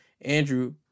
Andrew